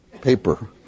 paper